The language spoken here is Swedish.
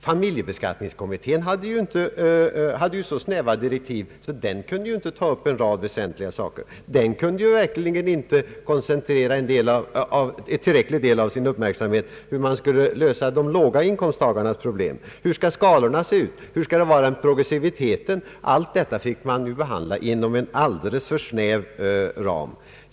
Familjebeskattningskommittén hade ju så snäva direktiv att den inte kunde ta upp en rad väsentliga ting. Den kunde verkligen inte koncentrera en tillräckligt stor del av sin uppmärksamhet på hur man skulle lösa låginkomsttagarnas problem. Hur skall skatteskalorna se ut, och hur skall det bli med progressiviteten? Allt detta fick man behandla inom en alltför snäv ram.